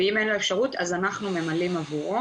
ואם אין לו אפשרות, אנחנו ממלאים עבורו.